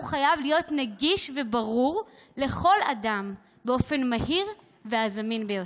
הוא חייב להיות נגיש וברור לכל אדם באופן המהיר והזמין ביותר.